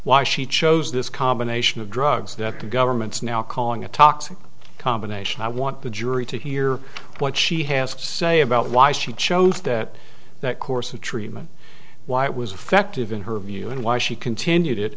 why she chose this combination of drugs that the government's now calling a toxic combination i want the jury to hear what she has to say about why she chose that that course of treatment why it was affective in her view and why she continued it